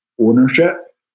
ownership